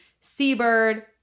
seabird